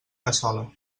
cassola